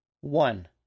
One